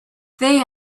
they